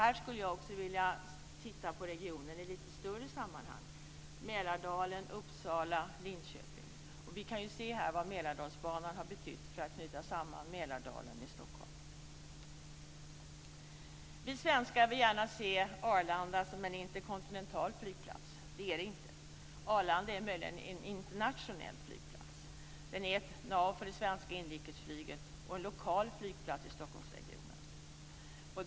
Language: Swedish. Jag skulle också vilja titta på regionen i ett lite större sammanhang. Det handlar om Mälardalen, Uppsala och Linköping. Vi kan ju se vad Mälardalsbanan har betytt när det gäller att knyta samman Mälardalen med Stockholm. Vi svenskar vill gärna se Arlanda flygplats som en interkontinental flygplats. Det är den inte. Arlanda flygplats är möjligen en internationell flygplats. Den är ett nav för det svenska inrikesflyget och en lokal flygplats i Stockholmsregionen.